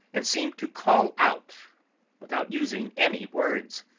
and seemed to call out without using any words.